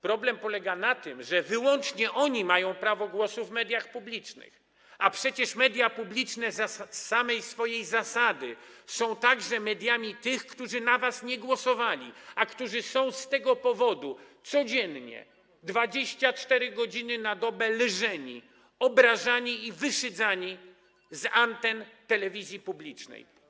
Problem polega na tym, że wyłącznie oni mają prawo głosu w mediach publicznych, a przecież media publiczne z zasady są także mediami tych, którzy na was nie głosowali, którzy są z tego powodu codziennie, 24 godziny na dobę lżeni, obrażani i wyszydzani z anten telewizji publicznej.